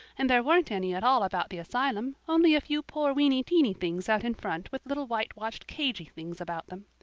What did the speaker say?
and there weren't any at all about the asylum, only a few poor weeny-teeny things out in front with little whitewashed cagey things about them.